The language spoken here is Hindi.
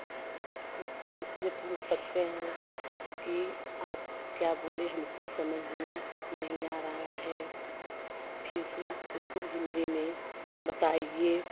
उससे पूछ सकते हैं कि आप क्या बोले हमको समझ में नहीं आ रहा है फिर से उसको हिंदी में बताईए